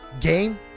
Game